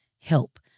help